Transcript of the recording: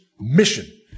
mission